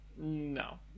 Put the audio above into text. No